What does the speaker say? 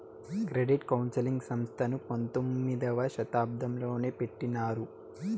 credit counselling సంస్థను పంతొమ్మిదవ శతాబ్దంలోనే పెట్టినారు